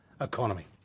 economy